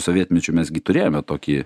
sovietmečiu mes gi turėjome tokį